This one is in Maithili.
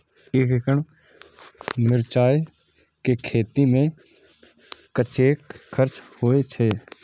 एक एकड़ मिरचाय के खेती में कतेक खर्च होय छै?